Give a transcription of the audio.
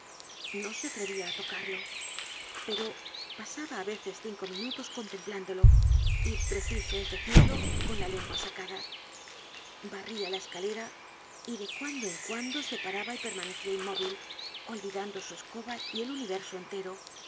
no se atrevia á tocarlo pero pasaba á veces cinco mi nutos contemplándolo y preciso es decirlo con la lengua sacada barría la escalera y de cuando en cuando se paraba y permanecia inmóvil olvidando su escoba y el universo entero